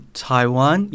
Taiwan